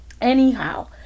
Anyhow